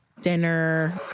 dinner